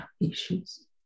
issues